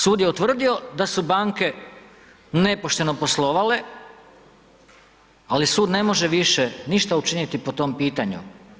Sud je utvrdio da su banke nepošteno poslovale, ali sud ne može više ništa učiniti po tom pitanju.